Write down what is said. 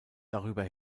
darüber